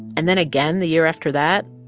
and then again the year after that,